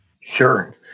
Sure